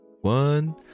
one